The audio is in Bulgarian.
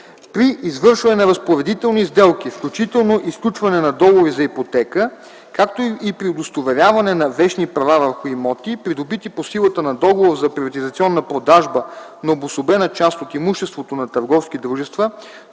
При извършване на разпоредителни сделки, включително и сключване на договори за ипотека, както и при удостоверяване на вещни права върху имоти, придобити по силата на договор за приватизационна продажба на обособена част от имуществото на търговски дружества